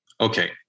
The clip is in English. Okay